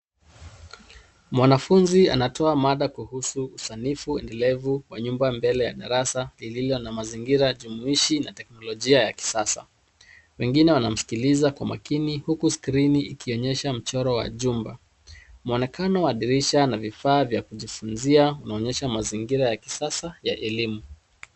Mwanafunzi anatoa mada kuhusu usanifu endelevu wa nyumba mbele ya darasa lililo na mazingira jumuishi na teknolojia ya kisasa. Wengine wanamsikiliza kwa makini huku skrini ikionyesha mchoro wa chumba. Mwonekano wa dirisha na vifaa vya kujifunzia unaonyesha mazingira ya kisasa ya elimu.